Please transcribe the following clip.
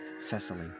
Cecily